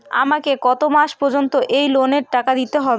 আমাকে কত মাস পর্যন্ত এই লোনের টাকা দিতে হবে?